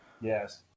Yes